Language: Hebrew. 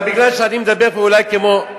אבל מכיוון שאני מדבר אולי כמו,